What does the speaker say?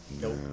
Nope